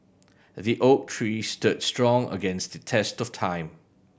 the oak tree stood strong against the test of time